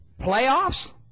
playoffs